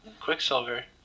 quicksilver